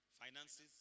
finances